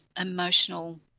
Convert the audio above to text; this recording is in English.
emotional